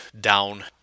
down